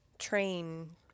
train